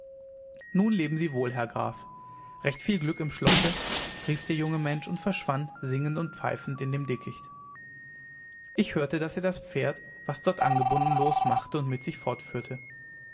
nun leben sie wohl herr graf recht viel glück im schlosse rief der junge mensch und verschwand singend und pfeifend in dem dickicht ich hörte daß er das pferd was dort angebunden losmachte und mit sich fortführte